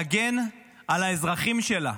תגן על האזרחים שלה.